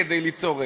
כדי ליצור רצף.